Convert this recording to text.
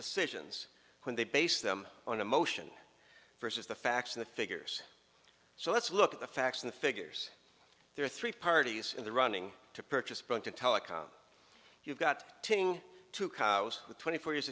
decisions when they base them on emotion versus the facts and figures so let's look at the facts and figures there are three parties in the running to purchase plan to telecom you've got two cars with twenty four years